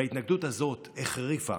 וההתנגדות הזאת החריפה